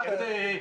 אל תדאג,